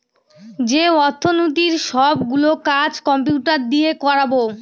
যে অর্থনীতির সব গুলো কাজ কম্পিউটার দিয়ে করাবো